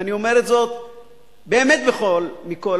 ואני אומר את זה באמת מכל הלב,